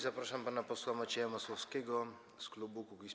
Zapraszam pana posła Macieja Masłowskiego z klubu Kukiz’15.